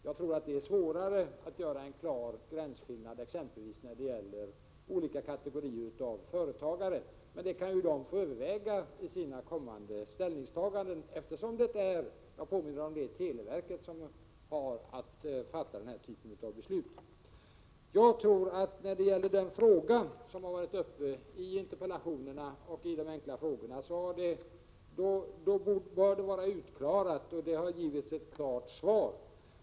Jag tror att det är svårare att göra en klar gränsskillnad exempelvis när det gäller olika kategorier av företagare, men det kan de överväga i sina kommande ställningstaganden, eftersom det är — jag påminner om det — televerket som har att fatta den här typen av beslut. Den fråga som tas upp i interpellationerna och i frågorna bör nu vara utredd, och jag har givit ett klart svar.